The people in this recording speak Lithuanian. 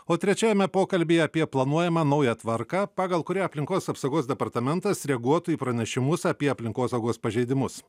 o trečiajame pokalbyje apie planuojamą naują tvarką pagal kurią aplinkos apsaugos departamentas reaguotų į pranešimus apie aplinkosaugos pažeidimus